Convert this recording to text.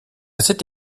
cette